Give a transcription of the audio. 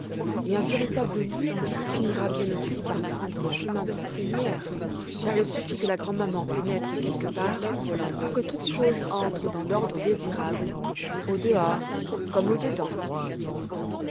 et un véritable lit finira bien aussi par prendre le chemin de la fenière car il suffit que la grand maman pénètre quelque part pour que toutes choses entrent dans l'ordre désirable au dehors comme au dedans